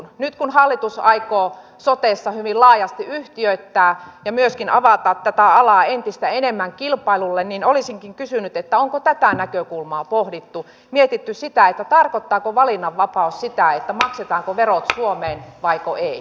nyt kun hallitus aikoo sotessa hyvin laajasti yhtiöittää ja myöskin avata tätä alaa entistä enemmän kilpailulle niin olisinkin kysynyt onko tätä näkökulmaa pohdittu mietitty sitä tarkoittaako valinnanvapaus sitä maksetaanko verot suomeen vaiko ei